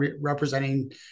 representing